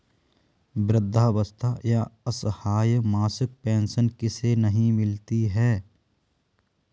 वृद्धावस्था या असहाय मासिक पेंशन किसे नहीं मिलती है?